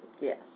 Yes